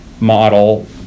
model